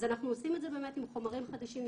אז אנחנו עושים את זה באמת עם חומרים חדשים,